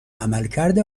عملکرد